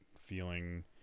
feeling